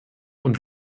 und